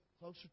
closer